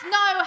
no